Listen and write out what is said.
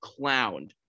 clowned